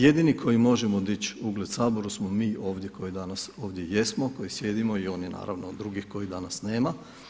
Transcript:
Jedini koji možemo dići ugled Saboru smo mi ovdje koji danas ovdje jesmo, koji sjedimo i onih naravno drugih kojih danas nema.